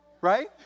right